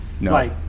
no